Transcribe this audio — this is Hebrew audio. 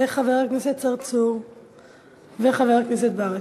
חבר הכנסת צרצור וחבר הכנסת ברכה.